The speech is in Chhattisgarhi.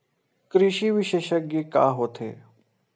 कृषि विशेषज्ञ का होथे?